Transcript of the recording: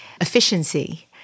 efficiency